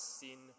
sin